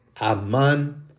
Aman